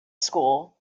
school